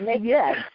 yes